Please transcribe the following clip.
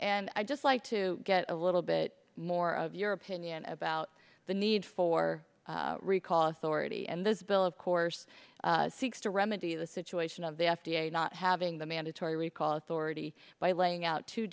and i just like to get a little bit more of your opinion about the need for recall authority and this bill of course seeks to remedy the situation of the f d a not having the mandatory recall authority by laying out two